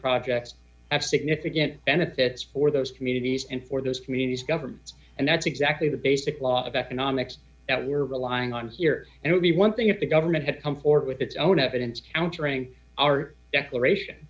projects at significant benefits for those communities and for those communities governments and that's exactly the basic law of economics that we are relying on here and would be one thing if the government had come forth with its own evidence countering our declaration